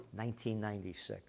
1996